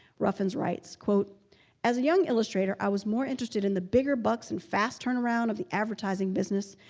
ruffins writes as a young illustrator, i was more interested in the bigger bucks and fast turnaround of the advertising business.